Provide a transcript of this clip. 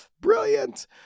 Brilliant